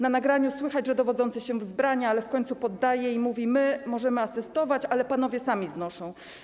Na nagraniu słychać, że dowodzący się wzbrania, ale w końcu się poddaje i mówi: My możemy asystować, ale panowie sami znoszą.